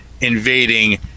invading